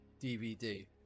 DVD